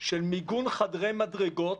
של מיגון חדרי מדרגות